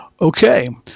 Okay